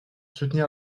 soutenir